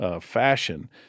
fashion